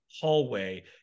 hallway